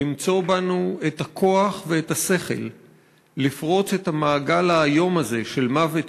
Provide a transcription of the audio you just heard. למצוא בנו את הכוח ואת השכל לפרוץ את המעגל האיום הזה של מוות,